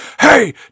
Hey